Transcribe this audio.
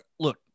Look